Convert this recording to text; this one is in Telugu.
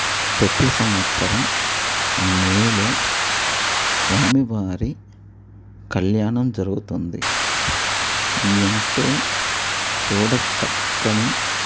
ప్రతీ సంవత్సరం మేలో స్వామివారి కళ్యాణం జరుగుతుంది ఎంతో చూడ చక్కని